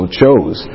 chose